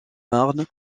marne